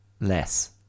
less